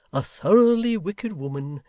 a thoroughly wicked woman,